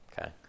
okay